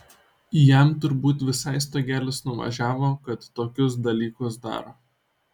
jam turbūt visai stogelis nuvažiavo kad tokius dalykus daro